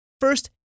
First